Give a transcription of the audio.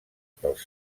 pels